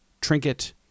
trinket